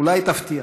אולי תפתיע.